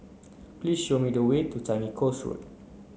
please show me the way to Changi Coast Road